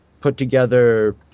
put-together